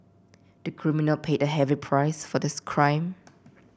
the criminal paid a heavy price for this crime